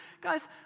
Guys